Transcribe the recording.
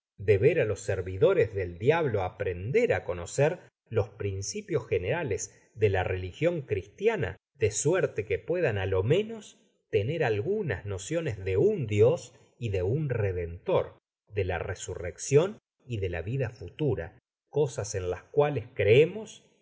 de wr á los servidores del diabla aprender á conocer los principios generales de la religion cristiana de suerte que puedan é lo menos toner algunas nociones de un dios y de un redentor de la resurreccion y de una vida futura cosas en las cuales creemos